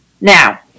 Now